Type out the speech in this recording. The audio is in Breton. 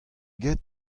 get